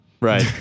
Right